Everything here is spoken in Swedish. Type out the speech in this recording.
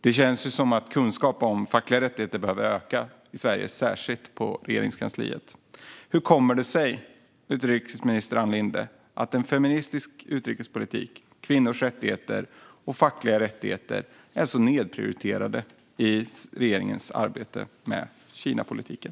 Det känns som att kunskapen om fackliga rättigheter behöver öka i Sverige, särskilt på Regeringskansliet. Hur kommer det sig, utrikesminister Ann Linde, att en feministisk utrikespolitik, kvinnors rättigheter och fackliga rättigheter är så nedprioriterade i regeringens arbete med Kinapolitiken?